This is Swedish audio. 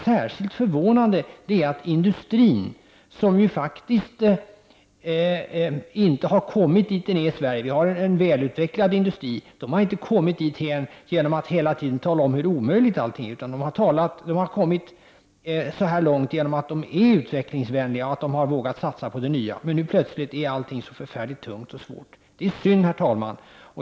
Särskilt förvånande är det att iaktta industrins uppträdande. Vi har en väl = Prot. 1989/90:132 utvecklad industri i Sverige, och den har inte kommit dithän genom att hela — 31 maj 1990 tiden tala om hur omöjligt allting är, utan den har kommit så här långt genom N Vissa frågor rörande att den har varit utvecklingsvänlig och vågat satsa på det nya. Men plötsligt ji SR z statens vattenfallsär allting så förfärligt tungt och svårt. Det är synd, herr talman.